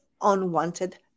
unwanted